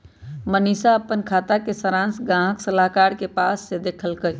मनीशा अप्पन खाता के सरांश गाहक सलाहकार के पास से देखलकई